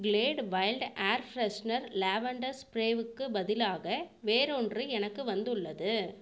Glade wild air freshener lavender ஸ்ப்ரேவுக்குப் பதிலாக வேறொன்று எனக்கு வந்துள்ளது